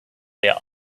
their